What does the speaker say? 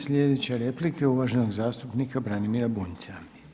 Slijedeća replika je uvaženog zastupnika Branimira Bunjca.